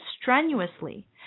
strenuously